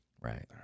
right